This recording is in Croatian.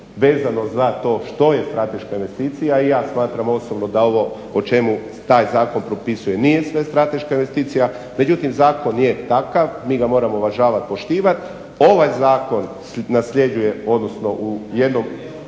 vezano za to što je strateška investicija i ja smatram osobno da ovo o čemu taj zakon propisuje nije sve strateška investicija. Međutim zakon je takav, mi ga moramo uvažavat, poštivat. Ovaj zakon nasljeđuje odnosno u jednom